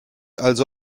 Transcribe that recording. also